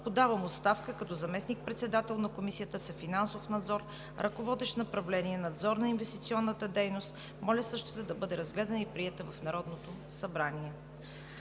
подавам оставка като заместник-председател на Комисията за финансов надзор, ръководещ управление „Надзор на инвестиционната дейност. Моля същата да бъде разгледана и приета от Народното събрание.“